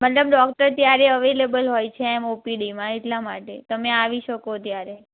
મતલબ ડોક્ટર ત્યારે અવેલેબલ હોય છે એમ ઓપીડીમાં એટલા માટે તમે આવી શકો ત્યારે